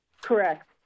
Correct